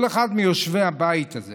כל אחד מיושבי הבית הזה